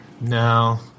No